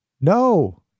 no